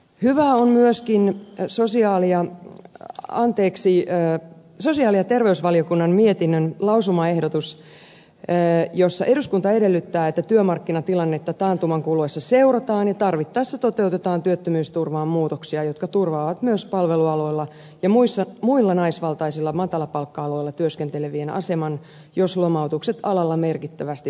hyvää on myöskin sosiaali ja terveysvaliokunnan mietinnön lausumaehdotus jossa eduskunta edellyttää että työmarkkinatilannetta taantuman kuluessa seurataan ja tarvittaessa toteutetaan työttömyysturvaan muutoksia jotka turvaavat myös palvelualoilla ja muilla naisvaltaisilla matalapalkka aloilla työskentelevien aseman jos lomautukset alalla merkittävästi lisääntyvät